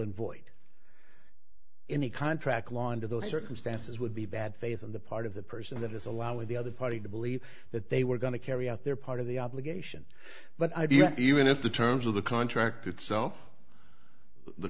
and void any contract law under those circumstances would be bad faith on the part of the person that is allowing the other party to believe that they were going to carry out their part of the obligation but idea even if the terms of the contract itself the